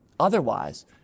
otherwise